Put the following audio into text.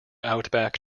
outback